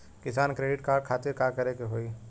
किसान credit card खातिर का करे के होई?